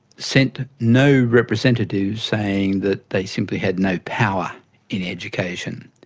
sent no representatives, saying that they simply had no power in education.